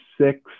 six